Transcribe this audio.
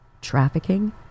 trafficking